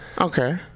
Okay